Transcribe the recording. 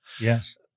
Yes